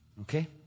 Okay